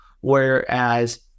whereas